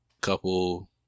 couple